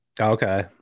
okay